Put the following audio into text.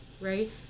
right